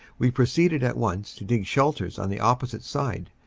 we pro ceeded at once to dig shelters on the opposite side.